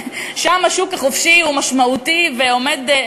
שם השוק החופשי הוא משמעותי ועומד,